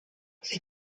sie